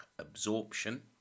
Absorption